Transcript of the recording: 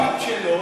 לא אגיד שלא,